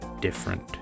different